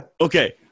okay